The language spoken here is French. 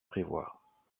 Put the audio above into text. prévoir